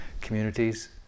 communities